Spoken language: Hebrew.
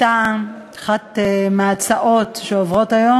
האמת כואבת לך.